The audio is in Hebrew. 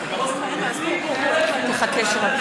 מצביע נפתלי בנט,